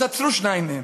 אז עצרו שניים מהם.